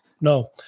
No